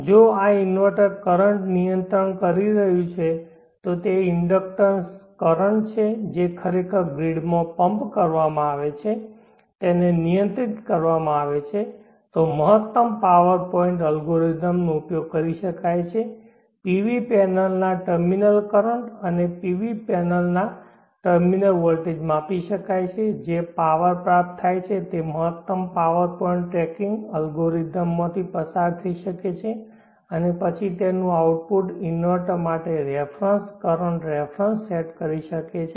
જો આ inverter current નિયંત્રણ કરી રહ્યું છે તો તે ઇન્ડકટર કરન્ટ છે જે ખરેખર ગ્રીડમાં પમ્પ કરવામાં આવે છે તેને નિયંત્રિત કરવામાં આવે છે તો મહત્તમ પાવર પોઇન્ટ અલ્ગોરિધમનો ઉપયોગ કરી શકાય છે PV પેનલના ટર્મિનલ કરંટ અને પીવી પેનલના ટર્મિનલ વોલ્ટેજ માપી શકાય છે અને જે પાવર પ્રાપ્ત થાય છે તે મહત્તમ પાવર પોઇન્ટ ટ્રેકિંગ એલ્ગોરિધમમાંથી પસાર થઈ શકે છે અને પછી તેનું આઉટપુટ ઇન્વર્ટર માટે રેફરન્સ કરંટ રેફરન્સ સેટ કરી શકે છે